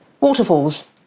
Waterfalls